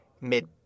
mid –